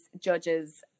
judges